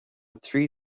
trí